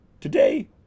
Today